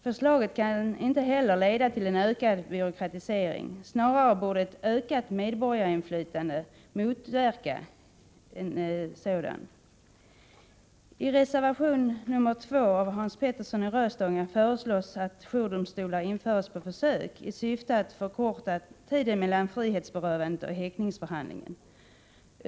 Förslaget kan inte heller leda till en ökad byråkratisering. Snarare borde ett ökat medborgarinflytande motverka byråkratisering. I reservation nr 2 av Hans Petersson i Röstånga föreslås att jourdomstolar införs på försök i syfte att förkorta tiden mellan frihetsberövandet och häktningsförhandlingen.